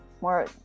more